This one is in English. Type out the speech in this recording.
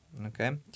okay